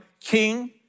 King